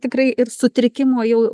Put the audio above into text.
tikrai ir sutrikimo jau